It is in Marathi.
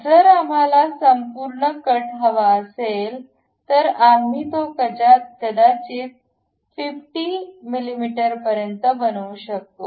जर आम्हाला संपूर्ण कट हवा असेल तर आम्ही तो कदाचित 50 MM मिमी पर्यंत बनवू शकतो